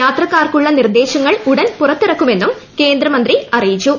യാത്രക്കാർ ക്കുള്ള നിർദേശങ്ങൾ ഉടൻ പുറത്തിറക്കുമെന്നും കേന്ദ്രമന്ത്രി അറിയിച്ചു